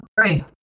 three